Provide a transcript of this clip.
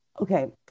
Okay